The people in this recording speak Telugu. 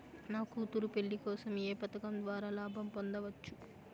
నా కూతురు పెళ్లి కోసం ఏ పథకం ద్వారా లాభం పొందవచ్చు?